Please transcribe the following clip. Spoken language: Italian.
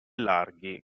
larghi